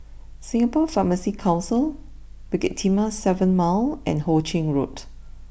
Singapore Pharmacy Council Bukit Timah seven Mile and Ho Ching Road